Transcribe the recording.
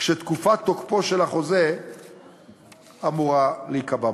כשתקופת תוקפו של החוזה אמורה להיקבע בחוזה.